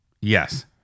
Yes